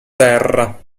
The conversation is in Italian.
terra